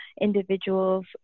individual's